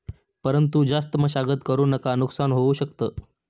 परंतु जास्त मशागत करु नका नुकसान होऊ शकत